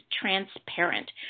Transparent